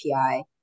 API